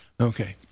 Okay